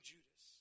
Judas